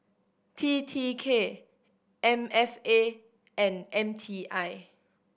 T T K M F A and M T I